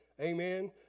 amen